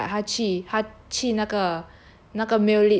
how the female lead lah 她去她去那个